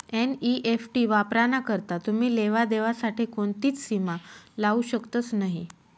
NEFT वापराना करता तुमी लेवा देवा साठे कोणतीच सीमा लावू शकतस नही